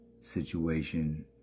situation